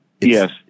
Yes